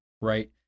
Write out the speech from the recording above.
right